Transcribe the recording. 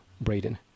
Braden